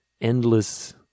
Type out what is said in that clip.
endless